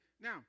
Now